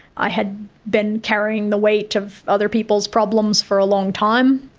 i had been carrying the weight of other people's problems for a long time,